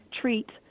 treat